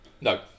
No